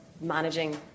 managing